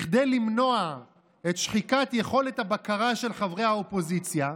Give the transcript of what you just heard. כדי למנוע את שחיקת יכולת הבקרה של חברי האופוזיציה,